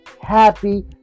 Happy